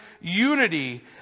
unity